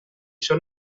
són